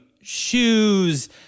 shoes